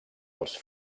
als